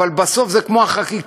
אבל בסוף זה כמו החקיקה,